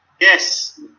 Yes